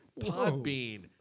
Podbean